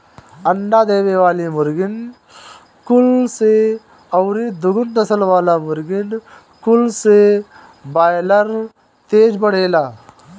अंडा देवे वाली मुर्गीन कुल से अउरी दुनु नसल वाला मुर्गिन कुल से बायलर तेज बढ़ेला